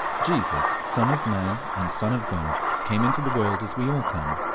jesus, son of man and son of god, came into the world as we all come,